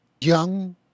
young